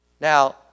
Now